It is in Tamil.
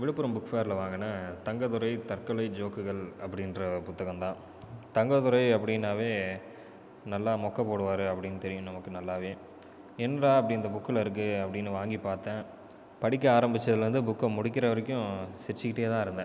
விழுப்புரம் புக் ஃபேரில் வாங்கின தங்கதுரை தற்கொலை ஜோக்குகள் அப்படின்ற ஒரு புத்தகம்தான் தங்கதுரை அப்படினாவே நல்லா மொக்கை போடுவார் அப்படினு தெரியும் நமக்கு நல்லாவே என்னடா அப்படி அந்த புக்கில் இருக்குது அப்படினு வாங்கி பார்த்தேன் படிக்க ஆரம்பிச்சதுலருந்து புக்கை முடிக்கிற வரைக்கும் சிரிச்சுகிட்டேதான் இருந்தேன்